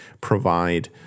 provide